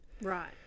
Right